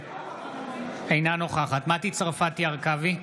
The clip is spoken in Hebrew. אינה נוכחת מטי צרפתי הרכבי,